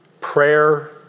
prayer